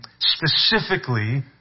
specifically